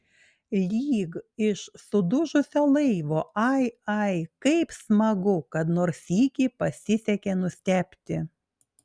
lyg iš sudužusio laivo ai ai kaip smagu kad nors sykį pasisekė nustebti